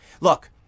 Look